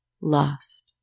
lost